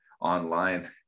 online